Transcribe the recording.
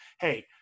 Hey